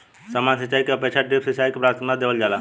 सामान्य सिंचाई के अपेक्षा ड्रिप सिंचाई के प्राथमिकता देवल जाला